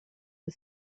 für